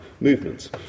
movements